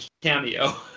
cameo